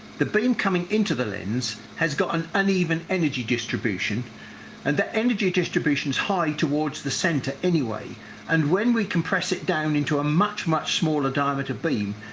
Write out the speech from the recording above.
the beam coming into the lens has got an uneven energy distribution and the energy distribution is high towards the center anyway and when we compress it down into a much much smaller diameter beam,